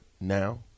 now